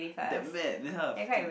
that mad that kind of thing